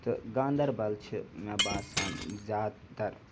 تہٕ گاندَربَل چھِ مےٚ باسان زیادٕ تَر